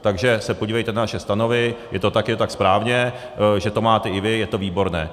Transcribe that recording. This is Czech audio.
Takže se podívejte na naše stanovy, je to také tak správně, že to máte i vy, je to výborné.